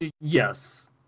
Yes